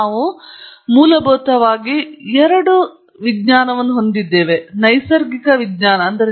ನಾವು ಎರಡು ಮೂಲಭೂತವಾಗಿ ನೈಸರ್ಗಿಕ ವಿಜ್ಞಾನಗಳಲ್ಲಿ ಎಂಜಿನಿಯರಿಂಗ್ ಅನ್ನು ವಿಚ್ಛೇದನ ಮಾಡಿದ್ದೇವೆ ಸಾಮಾಜಿಕ ವಿಜ್ಞಾನವು ಮಾನವಿಕತೆಗಳನ್ನು ಒಳಗೊಂಡಿದೆ